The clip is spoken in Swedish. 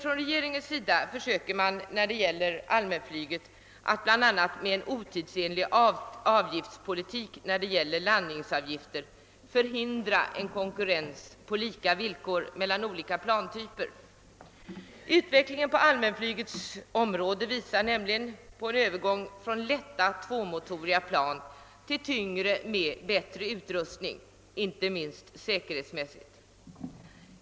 Regeringen försöker emellertid beträffande allmänflyget bl.a. föra en otidsenlig avgiftspolitik med avseende på landningsavgifter och förhindrar därmed en konkurrens på lika villkor mellan olika plantyper. Utvecklingen på allmänflygets område visar nämligen att det sker en övergång från lätta tvåmotoriga plan till tyngre med bättre utrustning, inte minst säkerhetsmässigt.